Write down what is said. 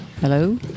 Hello